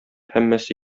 һәммәсе